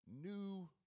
new